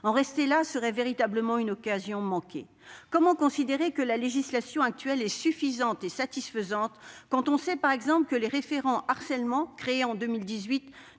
En rester là serait véritablement une occasion manquée. Comment peut-on estimer que la législation actuelle est suffisante et satisfaisante quand on sait, par exemple, que les « référents harcèlement », créés en 2018,